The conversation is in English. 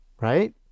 right